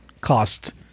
cost